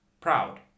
proud